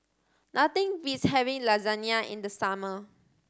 nothing beats having Lasagne in the summer